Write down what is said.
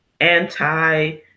anti